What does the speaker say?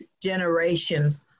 generations